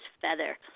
feather